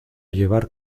llevar